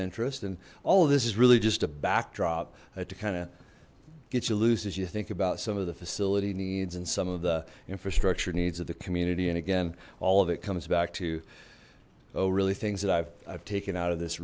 interest and all of this is really just a backdrop like to kind of get you loose as you think about some of the facility needs and some of the infrastructure needs of the community and again all of it comes back oh really things that i've taken out of this